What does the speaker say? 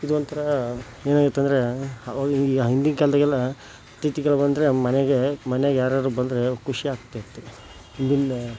ಇದೊಂಥರ ಏನಾಗಿತ್ತಂದರೆ ಹಿಂದಿನ ಕಾಲದಾಗೆಲ್ಲ ಅತಿಥಿಗಳು ಬಂದರೆ ಮನೆಗೆ ಮನೆಗೆ ಯಾರಾರೂ ಬಂದರೆ ಖುಷಿ ಆಗ್ತಿತ್ತು ಹಿಂದಿನ